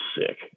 sick